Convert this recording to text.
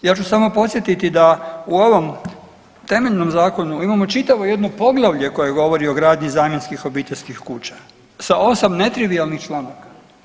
Ja ću samo podsjetiti da u ovom temeljnom zakonu imamo čitavo jedno poglavlje koje govori o gradnji zamjenskih obiteljskih kuća sa 8 netrivijalnih članaka.